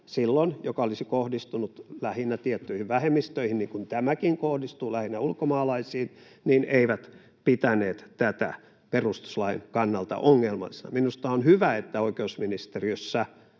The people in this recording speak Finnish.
laista, joka olisi kohdistunut lähinnä tiettyihin vähemmistöihin, niin kuin tämäkin kohdistuu lähinnä ulkomaalaisiin, he eivät pitäneet tätä perustuslain kannalta ongelmallisena. Minusta on hyvä, että oikeusministeriössä